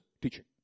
teaching